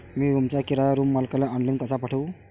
मी रूमचा किराया रूम मालकाले ऑनलाईन कसा पाठवू?